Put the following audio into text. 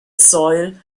soil